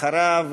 אחריו,